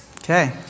Okay